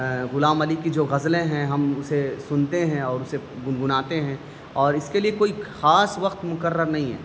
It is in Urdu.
غلام علی کی جو غزلیں ہیں ہم اسے سنتے ہیں اور اسے گنگناتے ہیں اور اس کے لیے کوئی خاص وقت مقر نہیں ہے